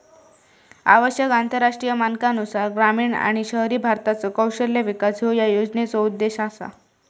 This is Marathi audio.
आवश्यक आंतरराष्ट्रीय मानकांनुसार ग्रामीण आणि शहरी भारताचो कौशल्य विकास ह्यो या योजनेचो उद्देश असा